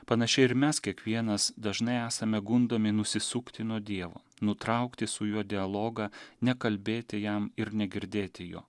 panašiai ir mes kiekvienas dažnai esame gundomi nusisukti nuo dievo nutraukti su juo dialogą nekalbėti jam ir negirdėti jo